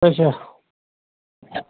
اَچھا